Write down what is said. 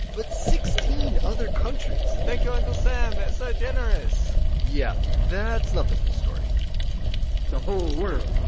but sixteen other countries thank you, uncle sam. that's so generous yeah, that's not the full story the whole world